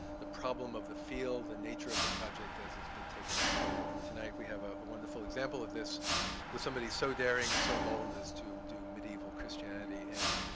the problem of the field, the and nature of the project as it's been taken up. and tonight we have a wonderful example of this with somebody so daring and so bold as to do medieval christianity in